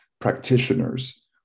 practitioners